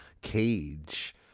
cage